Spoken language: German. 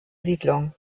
siedlung